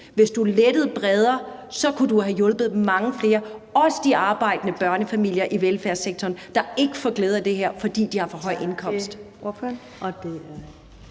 Hvis du lettede bredere, kunne du have hjulpet mange flere, også de arbejdende børnefamilier i velfærdssektoren, der ikke får glæde af det her, fordi de har en for høj indkomst.